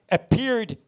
appeared